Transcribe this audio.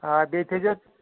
آ بے تھٲے زٮ۪س